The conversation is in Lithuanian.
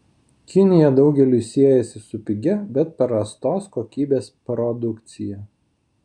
kinija daugeliui siejasi su pigia bet prastos kokybės produkcija